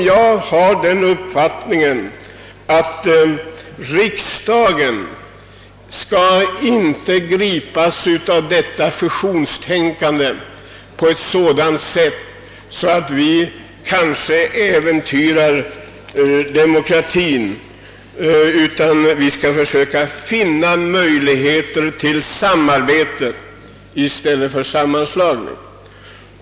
Jag har den uppfattningen att riksdagen inte skall gripas av ett fusionstänkande på sådant sätt att vi därigenom kanske äventyrar demokratin. Vi skall försöka finna möjligheter till samarbete i stället för sammanslagning.